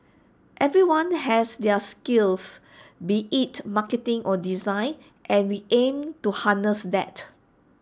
everyone has their skills be IT marketing or design and we aim to harness that